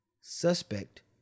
suspect